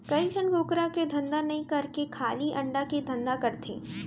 कइ झन कुकरा के धंधा नई करके खाली अंडा के धंधा करथे